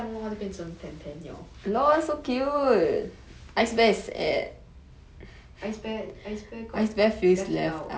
it becomes okay it's a grizz at first then 等一下我这样弄它就变成 pan pan liao